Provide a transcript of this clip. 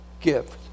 gift